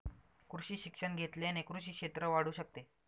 कृषी शिक्षण घेतल्याने कृषी क्षेत्र वाढू शकते